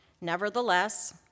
nevertheless